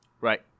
Right